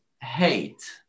hate